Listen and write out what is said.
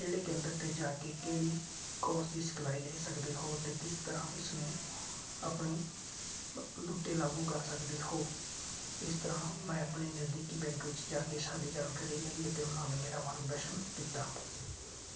ਕਿਹੜੇ ਕੇਂਦਰ 'ਤੇ ਜਾ ਕੇ ਕਿਹੜੀ ਕੋਰਸ ਦੀ ਸਿਖਲਾਈ ਲੈ ਸਕਦੇ ਹੋ ਅਤੇ ਕਿਸ ਤਰ੍ਹਾਂ ਇਸ ਨੂੰ ਆਪਣੇ ਉੱਤੇ ਲਾਗੂ ਕਰ ਸਕਦੇ ਹੋ ਇਸ ਤਰ੍ਹਾਂ ਮੈਂ ਆਪਣੀ ਨਜ਼ਦੀਕੀ ਬੈਂਕ ਵਿੱਚ ਜਾ ਕੇ ਸਾਰੀ ਜਾਣਕਾਰੀ ਲਈ ਅਤੇ ਉਹਨਾਂ ਨੇ ਮੇਰਾ ਮਾਰਗਦਰਸ਼ਨ ਕੀਤਾ